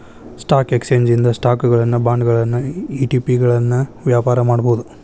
stock exchange ಇಂದ ಸ್ಟಾಕುಗಳನ್ನ ಬಾಂಡ್ಗಳನ್ನ ಇ.ಟಿ.ಪಿಗಳನ್ನ ವ್ಯಾಪಾರ ಮಾಡಬೋದು